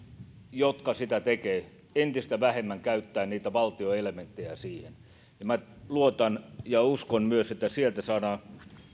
jotka niin tekevät entistä vähemmän käyttävät niitä valtion elementtejä siihen ja minä luotan ja uskon myös että sieltä saadaan